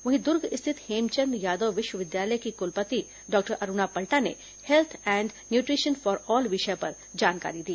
वहीं दुर्ग स्थित हेमचंद यादव विश्वविद्यालय की कुलपति डॉक्टर अरूणा पल्टा ने health and nutrition for all विषय पर जानकारी दी